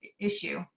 issue